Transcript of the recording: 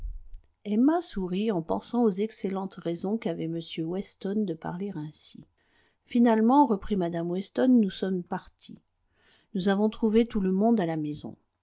emma sourit en pensant aux excellentes raisons qu'avait m weston de parler ainsi finalement reprit mme weston nous sommes partis nous avons trouvé tout le monde à la maison